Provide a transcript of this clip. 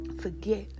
forget